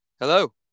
Hello